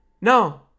No